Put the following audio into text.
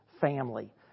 family